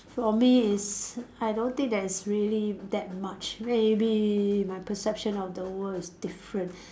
for me is I don't think there is really that much maybe my perception of the world is different